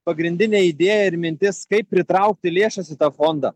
pagrindinė idėja ir mintis kaip pritraukti lėšas į tą fondą